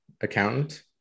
accountant